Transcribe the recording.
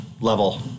level